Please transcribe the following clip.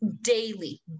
daily